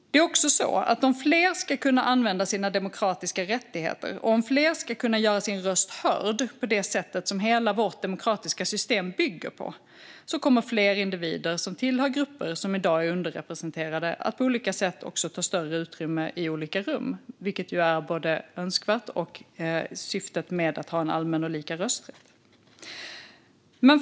Det är också så att om fler ska kunna använda sina demokratiska rättigheter och om fler ska kunna göra sin röst hörd på det sätt som hela vårt demokratiska system bygger på kommer fler individer som tillhör grupper som i dag är underrepresenterade att på olika sätt också ta större utrymme i olika rum, vilket ju är både önskvärt och syftet med att ha en allmän och lika rösträtt.